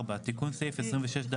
תיקון סעיף 26ד